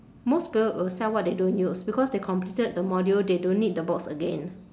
most people will sell what they don't use because they completed the module they don't need the books again